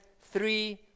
three